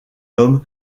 homme